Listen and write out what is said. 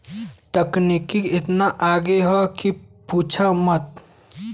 तकनीकी एतना आगे हौ कि पूछा मत